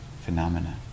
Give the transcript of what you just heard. phenomena